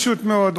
פשוט מאוד,